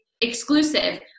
exclusive